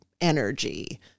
energy